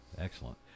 excellent